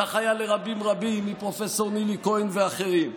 כך היה לרבים רבים, פרופ' נילי כהן ואחרים.